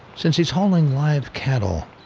since he's hauling live cattle,